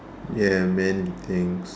ya man things